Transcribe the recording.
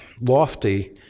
lofty